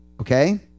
okay